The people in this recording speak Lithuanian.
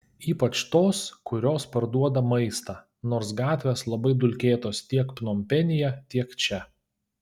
ypač tos kurios parduoda maistą nors gatvės labai dulkėtos tiek pnompenyje tiek čia